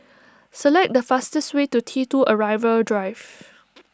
select the fastest way to T two Arrival Drive